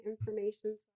information